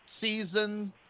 season